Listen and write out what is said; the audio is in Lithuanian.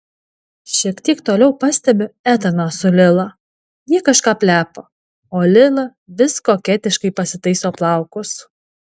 šiek tiek toliau pastebiu etaną su lila jie kažką plepa o lila vis koketiškai pasitaiso plaukus